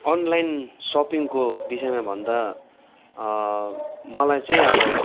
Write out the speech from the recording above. online सपिङको बिषयमा भन्दा मलाई चाहिँ अब